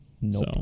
Nope